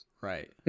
right